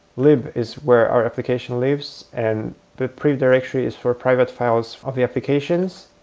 lib is where our application lives, and the priv directory is for private files of the applications,